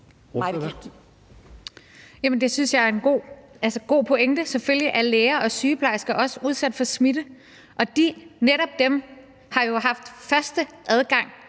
Det synes jeg er en god pointe. Selvfølgelig er læger og sygeplejersker også udsat for smitte, og netop de har jo været de første til